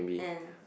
yeah